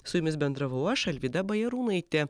su jumis bendravau aš alvyda bajarūnaitė